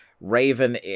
Raven